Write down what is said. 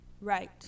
Right